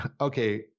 Okay